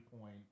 point